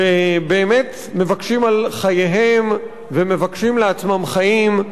שבאמת מבקשים על חייהם ומבקשים לעצמם חיים,